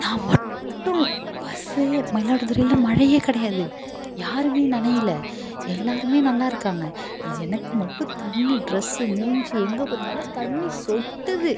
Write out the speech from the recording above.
நான் மட்டும் பஸ்ஸே மயிலாடுதுறையில மழையே கிடையாது யாருமே நனையல எல்லாருமே நல்லா இருக்காங்கள் எனக்கு மட்டும் தண்ணி ட்ரெஸ்ஸு மூஞ்சு எங்கே பார்த்தாலும் தண்ணி சொட்டுது